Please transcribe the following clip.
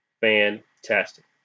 fantastic